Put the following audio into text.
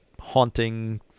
haunting